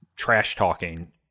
trash-talking